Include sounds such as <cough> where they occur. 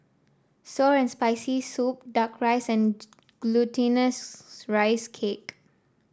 sour and Spicy Soup duck rice and <unintelligible> Glutinous Rice Cake